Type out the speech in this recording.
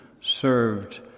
served